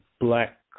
black